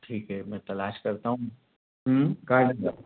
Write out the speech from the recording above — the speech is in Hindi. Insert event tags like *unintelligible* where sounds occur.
ठीक है मैं तलाश करता हूँ *unintelligible*